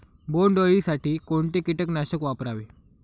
बोंडअळी साठी कोणते किटकनाशक वापरावे?